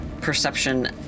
perception